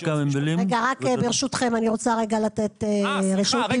ברשותכם אני רוצה לתת רשות דיבור.